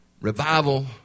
Revival